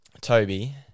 Toby